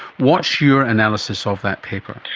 what's your analysis of that paper?